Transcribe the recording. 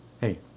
hey